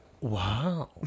Wow